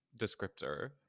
descriptor